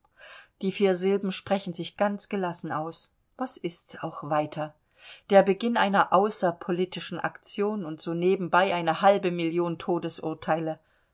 die vier silben sprechen sich ganz gelassen aus was ist's auch weiter der beginn einer äußer politischen aktion und so nebenbei eine halbe million todesurteile